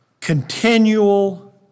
continual